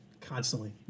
constantly